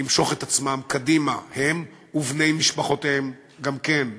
למשוך את עצמם קדימה, הם ובני משפחותיהם גם כן.